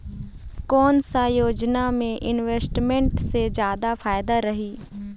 कोन सा योजना मे इन्वेस्टमेंट से जादा फायदा रही?